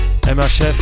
MHF